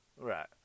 Right